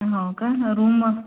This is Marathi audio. हो काय रूम मग